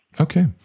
Okay